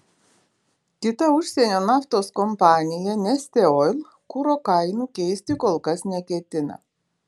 kita užsienio naftos kompanija neste oil kuro kainų keisti kol kas neketina